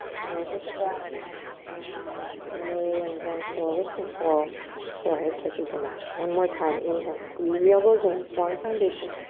move with the breath. exhale, slow and gentle with control forehead kisses the mat. one more time, inhale, squeeze the elbows in, strong foundation.